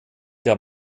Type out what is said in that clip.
der